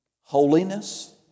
holiness